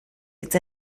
hitz